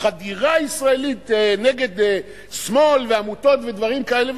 החקירה הישראלית נגד שמאל ועמותות ודברים כאלה,